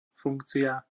funkcia